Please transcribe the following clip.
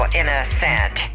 innocent